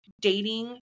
Dating